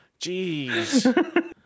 Jeez